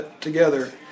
together